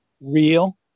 real